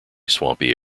swampy